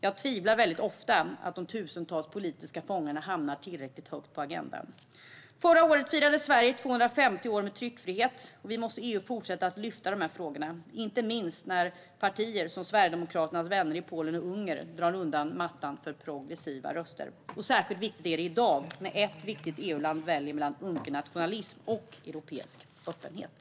Jag tvivlar ofta på att de tusentals politiska fångarna hamnar tillräckligt högt upp på agendan. Förra året firade Sverige 250 år med tryckfrihet. Vi måste fortsätta att lyfta dessa frågor i EU, inte minst när partier som Sverigedemokraternas vänner i Polen och Ungern drar undan mattan för progressiva röster. Särskilt viktigt är detta i dag, när ett viktigt EU-land väljer mellan unken nationalism och europeisk öppenhet.